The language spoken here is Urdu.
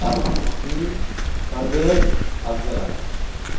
عبد الحکیم پرویز افضل عالم